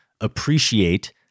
appreciate